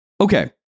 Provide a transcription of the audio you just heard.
okay